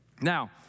Now